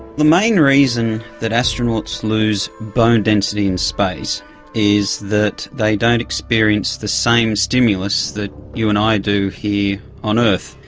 the main reason that astronauts lose bone density in space is that they don't experience the same stimulus that you and i do here on earth.